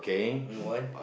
only one